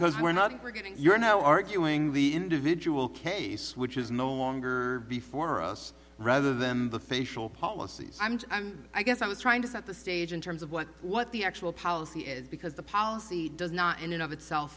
because we're not we're getting you're now arguing the individual case which is no longer before us rather than the facial policies and i guess i was trying to set the stage in terms of what what the actual policy is because the policy does not in and of itself